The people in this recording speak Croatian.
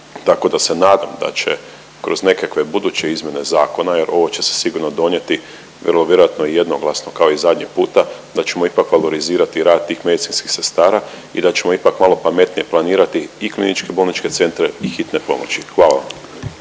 Tako da se nadam da će kroz nekakve buduće izmjene zakona jer ovo će se sigurno donijeti vrlo vjerojatno jednoglasno kao i zadnji puta da ćemo ipak valorizirati rad tih medicinskih sestara i da ćemo ipak malo pametnije planirati i KBC-ove i hitne pomoći. Hvala.